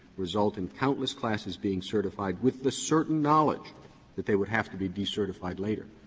result in countless classes being certified with the certain knowledge that they would have to be decertified later.